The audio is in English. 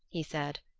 he said,